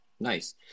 Nice